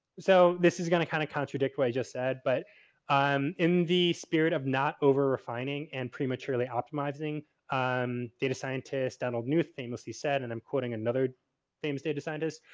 so, this is going to kind of contradict what i just said, but in the spirit of not over refining and prematurely optimizing um data scientist donald knuth famously said and i'm quoting another famous data scientist